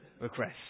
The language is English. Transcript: request